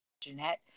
Jeanette